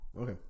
Okay